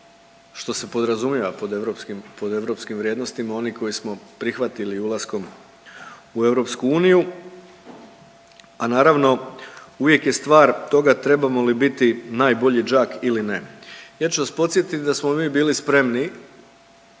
što se podrazumijeva pod europskim, pod europskim vrijednostima oni koje smo prihvatili ulaskom u EU, a naravno uvijek je stvar toga trebamo li biti najbolji đak ili ne. Ja ću vas podsjetit da smo mi bili spremni